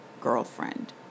girlfriend